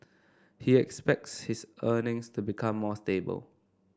he expects his earnings to become more stable